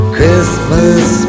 Christmas